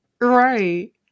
Right